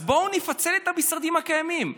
אז בואו נפצל את המשרדים הקיימים.